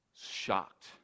shocked